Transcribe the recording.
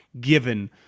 given